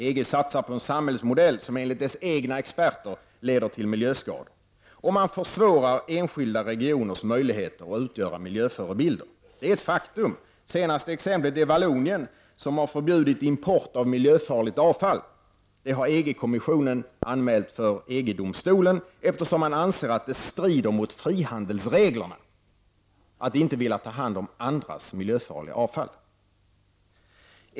EG satsar på en samhällsmodell som -- enligt dess egna experter -- leder till stora miljöskador. Och man försvårar enskilda regioners möjligheter att utgöra miljöförebilder. Det är ett faktum. Det senaste exemplet är Vallonien, som har förbjudit import av miljöfarligt avfall. Det har EG-kommissionen anmält till EG-domstolen, eftersom man anser att det strider mot frihandelsreglerna -- att inte vilja ta hand om andras miljöfarliga avfall.